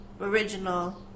original